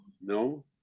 no